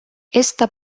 esta